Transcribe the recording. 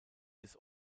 des